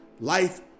life